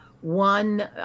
one